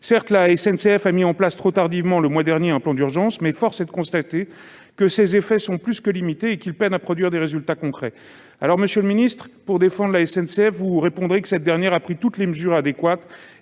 Certes, la SNCF a mis en place, trop tardivement, le mois dernier, un plan d'urgence. Mais force est de constater que ses effets sont très limités et que ce dernier peine à produire des résultats concrets. Monsieur le ministre chargé des transports, pour défendre la SNCF, vous répondrez que cette dernière a pris toutes les mesures adéquates,